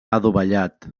adovellat